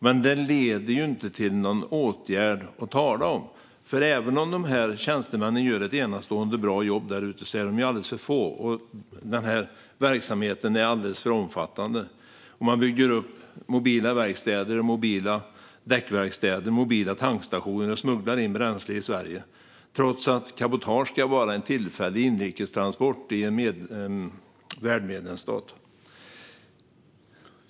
Men det leder ju inte till någon åtgärd att tala om, för även om tjänstemännen gör ett enastående bra jobb där ute är de alldeles för få och verksamheten alldeles för omfattande. Man bygger upp mobila verkstäder, mobila däckverkstäder och mobila tankstationer och smugglar in bränsle i Sverige, trots att cabotage ska vara en tillfällig inrikestransport i en värdmedlemsstat.